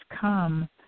come